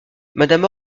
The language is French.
madame